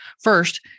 First